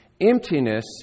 emptiness